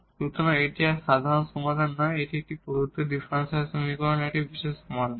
সুতরাং এটি আর সাধারণ সমাধান নয় এটি প্রদত্ত ডিফারেনশিয়াল সমীকরণের একটি বিশেষ সমাধান